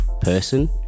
person